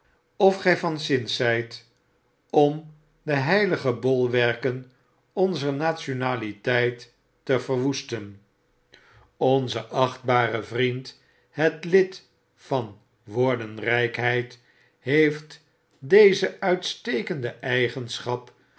of gij van zins zijt om de heilige bolwerken onzer nationaliteit te verwoesten onze achtbare vriend het lid van woordenrykheid heeft deze uitstekende eigenschap